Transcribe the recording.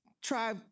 try